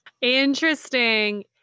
Interesting